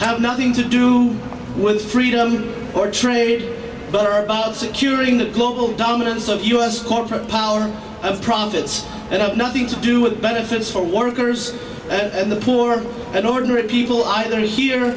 have nothing to do with freedom or trade but are about securing the global dominance of us corporate power of profits that have nothing to do with benefits for workers and the poor and ordinary people either here